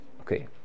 Okay